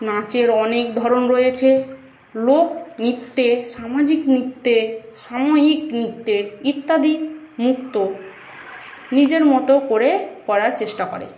নাচের অনেক ধরন রয়েছে লোক নৃত্যে সামাজিক নৃত্যে সাময়িক নৃত্যে ইত্যাদি মুক্ত নিজের মতো করে করার চেষ্টা করে